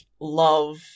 love